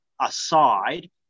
aside